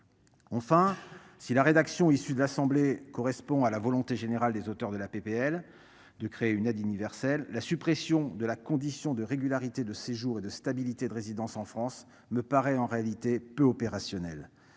Enfin si la rédaction issue de l'assemblée correspond à la volonté générale des auteurs de la PPL de créer une aide universelle, la suppression de la condition de régularité de séjour et de stabilité de résidence en France me paraît en réalité peu opérationnel